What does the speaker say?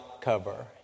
cover